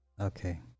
Okay